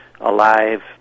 alive